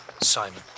Simon